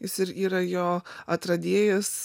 jis ir yra jo atradėjas